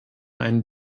einen